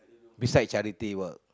besides charity work